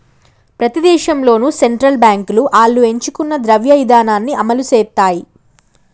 ప్రతి దేశంలోనూ సెంట్రల్ బాంకులు ఆళ్లు ఎంచుకున్న ద్రవ్య ఇదానాన్ని అమలుసేత్తాయి